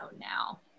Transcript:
now